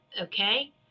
okay